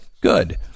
good